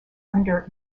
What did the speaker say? under